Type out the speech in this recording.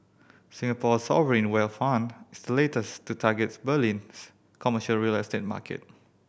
Singapore's sovereign wealth fund is the latest to target Berlin's commercial real estate market